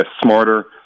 smarter